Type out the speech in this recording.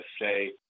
say